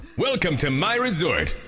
welcome to my resort.